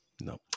No